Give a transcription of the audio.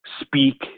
speak